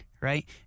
right